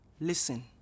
listen